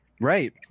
right